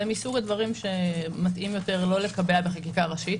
זה מסוג הדברים שמתאים לא לקבע בחקיקה ראשית.